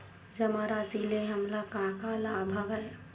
जमा राशि ले हमला का का लाभ हवय?